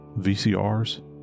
VCRs